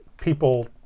people